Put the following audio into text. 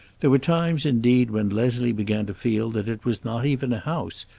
there were times, indeed, when leslie began to feel that it was not even a house,